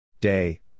day